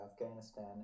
Afghanistan